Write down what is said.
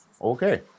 okay